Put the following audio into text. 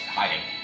hiding